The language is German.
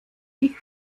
ich